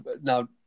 Now